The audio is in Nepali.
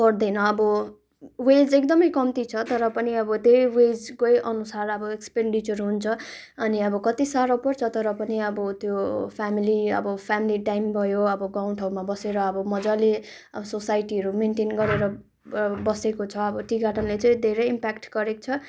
पर्दैन अब वेज एकदमै कम्ती छ तर पनि अब त्यही वेजकै अनुसार अब एक्सपेन्डिचर हुन्छ अनि अब कति साह्रो पर्छ तर पनि अब त्यो फ्यामेली अब फ्यामेली टाइम भयो अब गाँउठाँउमा बसेर अब मजाले सोसाइटीहरू मेन्टेन गरेर बसेको छ अब टी गार्डनले चाहिँ धेरै इम्प्याक्ट गरेको छ